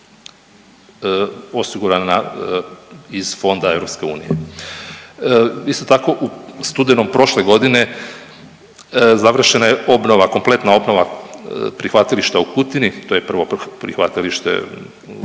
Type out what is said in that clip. osigurana iz fonda EU. Isto tako u studenom prošle godine završena je obnova, kompletna obnova prihvatilišta u Kutini. To je prvo prihvatilište